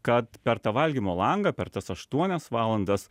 kad per tą valgymo langą per tas aštuonias valandas